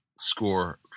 score